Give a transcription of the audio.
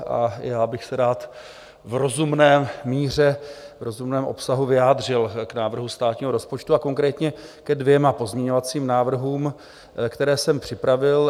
A já bych se rád v rozumné míře, v rozumném obsahu vyjádřil k návrhu státního rozpočtu, konkrétně ke dvěma pozměňovacím návrhům, které jsem připravil.